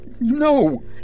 No